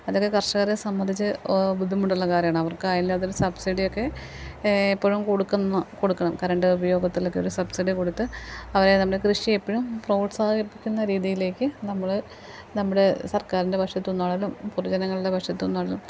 അതൊക്കെ കർഷകരെ സംബന്ധിച്ച് ബുദ്ധിമുട്ടുള്ള കാര്യമാണ് അവർക്കായാലും അതൊരു സബ്സിഡി ഒക്കെ എപ്പോഴും കൊടുക്കുന്ന കൊടുക്കണം കരണ്ട് ഉപയോഗത്തിലൊക്കെ സബ്സിഡി കൊടുത്ത് അവരെ നമ്മുടെ കൃഷി എപ്പോഴും പ്രോത്സാഹിപ്പിക്കുന്ന രീതിയിലേക്ക് നമ്മൾ നമ്മുടെ സർക്കാരിൻ്റെ വശത്തു നിന്നായാലും പൊതു ജനങ്ങളുടെ വശത്തു നിന്നാണെങ്കിലും